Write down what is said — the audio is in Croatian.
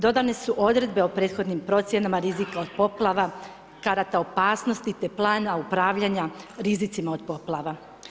Dodane su odredbe o prethodnim procjenama, rizika od poplava, karata opasnosti, te plana upravljanja rizicima od poplava.